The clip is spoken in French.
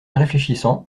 réfléchissant